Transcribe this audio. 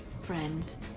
friends